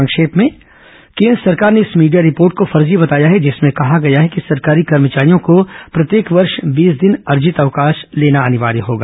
संक्षिप्त समाचार केन्द्र सरकार ने इस मीडिया रिपोर्ट को फर्जी बताया है जिसमें कहा गया है कि सरकारी कर्मचारियों को प्रत्येक वर्ष बीस दिन अर्जित अवकाश लेना अनिवार्य होगा